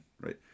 right